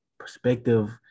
perspective